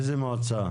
איזו מועצה?